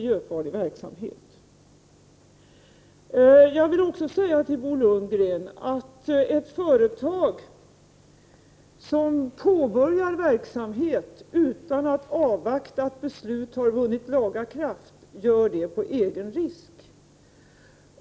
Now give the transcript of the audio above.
Jag vill också säga till Bo Lundgren att ett företag som påbörjar 25 verksamhet utan att avvakta att beslut har vunnit laga kraft gör det på egen risk.